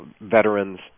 veterans